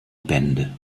bände